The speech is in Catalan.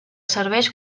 serveix